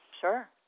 Sure